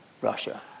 Russia